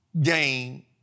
game